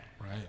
right